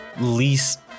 least